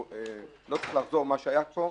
לא צריך לחזור מה שייך פה,